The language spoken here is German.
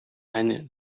eine